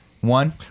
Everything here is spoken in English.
One